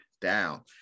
down